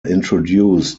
introduced